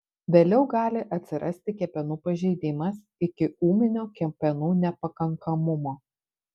vėliau gali atsirasti kepenų pažeidimas iki ūminio kepenų nepakankamumo